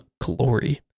glory